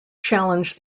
challenge